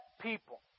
people